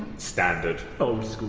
standard. old school.